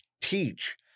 teach